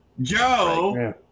Joe